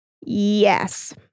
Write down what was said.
Yes